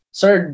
sir